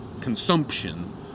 consumption